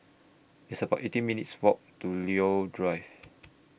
It's about eighteen minutes' Walk to Leo Drive